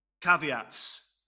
caveats